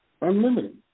Unlimited